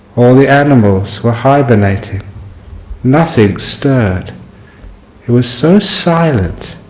all the animals were hibernating nothing stirred it was so silent